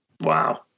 Wow